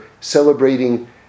celebrating